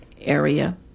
area